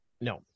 No